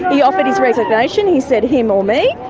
he offered his resignation, he said him or me.